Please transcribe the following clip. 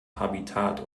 habitat